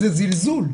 זה זלזול,